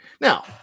now